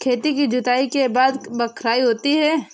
खेती की जुताई के बाद बख्राई होती हैं?